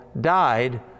died